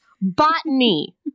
botany